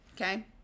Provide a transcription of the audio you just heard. okay